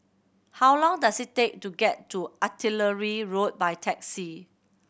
how long does it take to get to Artillery Road by taxi